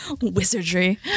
Wizardry